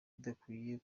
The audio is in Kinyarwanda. bidakwiye